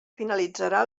finalitzarà